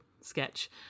Sketch